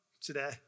today